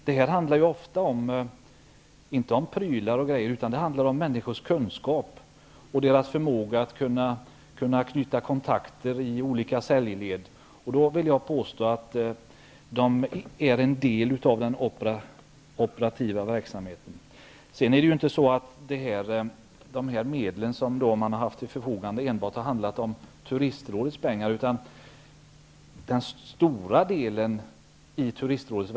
Det handlar ofta om människors kunskaper och deras förmåga att knyta kontakter i olika säljled. Jag vill påstå att de är en del av den operativa verksamheten. De medel som Turistrådet har haft till förfogande har inte enbart varit Turistrådets.